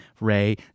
Ray